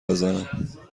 بزنم